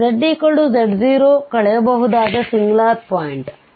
zz0 ಕಳೆಯಬಹುದಾದ singular ಪಾಯಿಂಟ್ಆಗಿದೆ